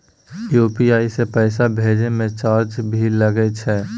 UPI से पैसा भेजै म चार्ज भी लागे छै?